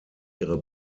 ihre